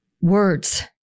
words